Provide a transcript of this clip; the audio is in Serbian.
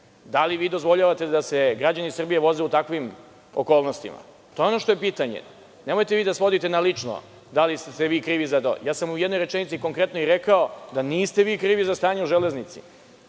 Da li vi dozvoljavate da se građani Srbije voze u takvim okolnostima? To je ono što je pitanje. Nemojte vi da svodite na lično, da li ste vi krivi za to. Ja sam u jednoj rečenici, konkretno i rekao da niste vi krivi za stanje u železnici,